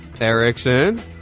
Erickson